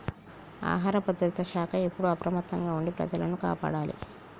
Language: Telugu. ఆహార భద్రత శాఖ ఎప్పుడు అప్రమత్తంగా ఉండి ప్రజలను కాపాడాలి